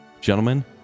Gentlemen